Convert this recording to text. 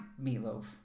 meatloaf